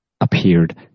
appeared